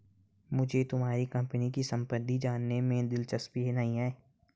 मुझे तुम्हारे कंपनी की सम्पत्ति जानने में दिलचस्पी नहीं है